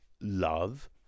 love